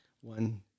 one